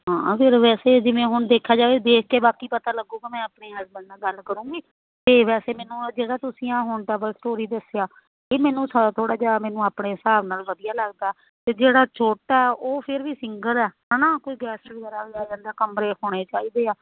ਹਾਂ ਫਿਰ ਵੈਸੇ ਜਿਵੇਂ ਹੁਣ ਦੇਖਿਆ ਜਾਵੇ ਦੇਖ ਕੇ ਬਾਕੀ ਪਤਾ ਲੱਗੂਗਾ ਮੈਂ ਆਪਣੇ ਹਸਬੈਂਡ ਨਾਲ ਗੱਲ ਕਰੂੰਗੀ ਅਤੇ ਵੈਸੇ ਮੈਨੂੰ ਜਿਹੜਾ ਤੁਸੀਂ ਆ ਹੁਣ ਡਬਲ ਸਟੋਰੀ ਦੱਸਿਆ ਇਹ ਮੈਨੂੰ ਥਾਂ ਥੋੜ੍ਹਾ ਜਿਹਾ ਮੈਨੂੰ ਆਪਣੇ ਹਿਸਾਬ ਨਾਲ ਵਧੀਆ ਲੱਗਦਾ ਅਤੇ ਜਿਹੜਾ ਛੋਟਾ ਉਹ ਫਿਰ ਵੀ ਸਿੰਗਲ ਆ ਹੈ ਨਾ ਕੋਈ ਗੈਸਟ ਵਗੈਰਾ ਆ ਜਾਂਦਾ ਕਮਰੇ ਹੋਣੇ ਚਾਹੀਦੇ ਆ